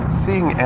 seeing